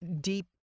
deep